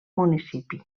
municipi